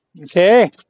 Okay